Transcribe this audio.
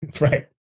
Right